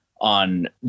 on